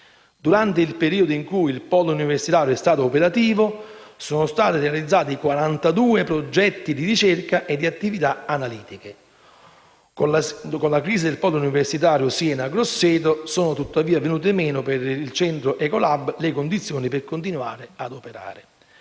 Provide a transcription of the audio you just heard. Durante il periodo in cui il polo universitario è stato operativo, sono stati realizzati 42 progetti di ricerca e di attività analitiche. Con la crisi del polo universitario Siena-Grosseto, sono tuttavia venute meno per il centro Ecolab le condizioni per continuare ad operare.